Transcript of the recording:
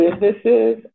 businesses